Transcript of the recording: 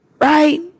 right